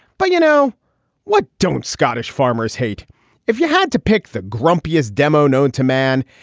but you know what? don't scottish farmers hate if you had to pick the grumpiest demo known to man?